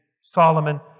Solomon